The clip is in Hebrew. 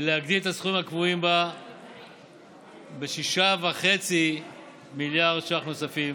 ולהגדיל את הסכומים הקבועים בה ב-6.5 מיליארד ש"ח נוספים